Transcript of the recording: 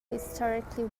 historically